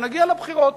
ונגיע לבחירות.